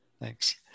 Thanks